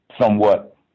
somewhat